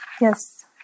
yes